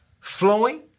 flowing